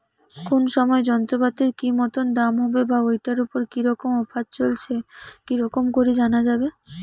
কোন সময় যন্ত্রপাতির কি মতন দাম হবে বা ঐটার উপর কি রকম অফার চলছে কি রকম করি জানা যাবে?